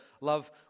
love